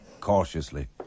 cautiously